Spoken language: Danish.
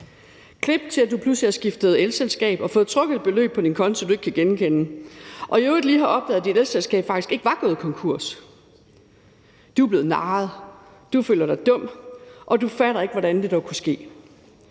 Klip til, at du pludselig har skiftet elselskab og fået trukket et beløb på din konto, du ikke kan genkende, og i øvrigt lige har opdaget, at dit elselskab faktisk ikke var gået konkurs. Du er blevet narret, du føler dig dum, og du fatter ikke, hvordan det dog kunne ske.